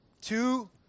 two